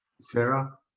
sarah